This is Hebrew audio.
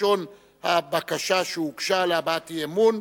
כלשון הבקשה שהוגשה להבעת אי-אמון.